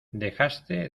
dejaste